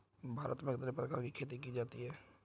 भारत में कितने प्रकार की खेती की जाती हैं?